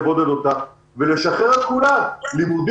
לבודד אותה ולשחרר את כולם ללימודים,